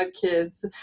kids